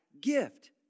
gift